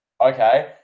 Okay